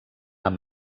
amb